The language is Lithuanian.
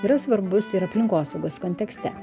yra svarbus ir aplinkosaugos kontekste